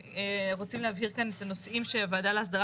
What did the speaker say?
רוצים להבהיר כן את הנושאים שהוועדה להסדרה